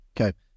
Okay